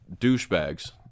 douchebags